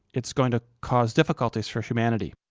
it's going to cause difficulties for humanity.